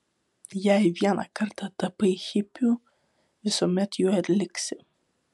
jei vieną kartą tapai hipiu visuomet juo ir liksi